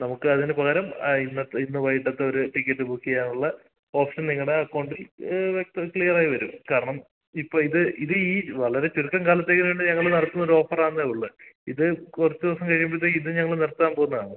നമുക്ക് അതിന് പകരം ആ ഇന്നത്തെ ഇന്ന് വൈകിട്ടത്തെ ഒരു ടിക്കറ്റ് ബുക്ക് ചെയ്യാനുള്ള ഓപ്ഷൻ നിങ്ങളുടെ അക്കൗണ്ടിൽ ക്ലിയറായി വരും കാരണം ഇപ്പം ഇത് ഇത് ഈ വളരെ ചുരുക്കം കാലത്തേക്ക് നീണ്ട ഞങ്ങൾ നടത്തുന്ന ഒരു ഓഫറ് ആണെന്നുള്ളൂ ഇത് കുറച്ചുദിവസം കഴിയുമ്പഴത്തേക്കും ഇതും ഞങ്ങൾ നിർത്താൻ പോവുന്നതാണ്